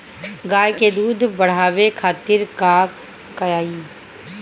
गाय के दूध बढ़ावे खातिर का खियायिं?